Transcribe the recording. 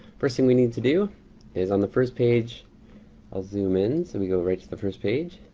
first thing we need to do is on the first page i'll zoom in so we go right to the first page.